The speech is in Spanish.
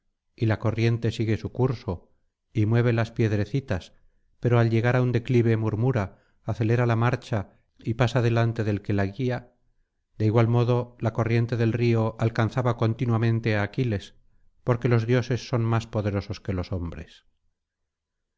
y la corriente sigue su curso y mueve las piedrecitas pero al llegar á un declive murmura acelera la marcha y pasa delante del que la guía de igual modo la corriente del río alcanzaba continuamente á aquiles porque los dioses son más poderosos que los hombres